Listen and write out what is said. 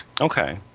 Okay